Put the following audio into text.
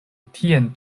tian